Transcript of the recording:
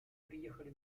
приехали